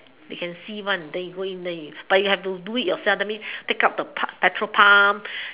they can see one then you go in then you but you have to do it yourself that means take out the petrol pump